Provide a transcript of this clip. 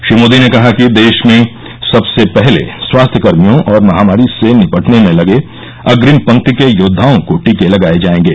श्री मोदी ने कहा कि देश में सबसे पहले स्वास्थ्यकर्मियों और महामारी से निपटने में लगे अग्रिम पंक्ति के योद्वाओं को टीके लगाये जायेंगे